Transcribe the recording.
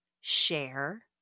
share